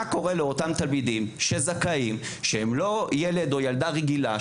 מה קורה לאותם תלמידים שזכאים שהם לא ילד או ילדה רגילה,